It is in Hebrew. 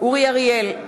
אורי אריאל,